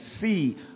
See